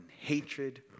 hatred